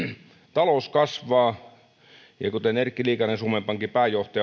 talous kasvaa ja kuten erkki liikanen suomen pankin pääjohtaja